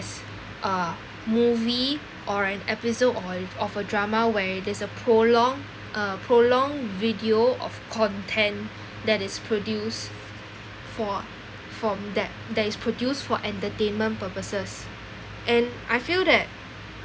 uh movie or an episode or of a drama where there's a prolonged uh prolonged video of content that is produced for from that that is produced for entertainment purposes and I feel that